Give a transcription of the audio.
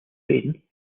wayne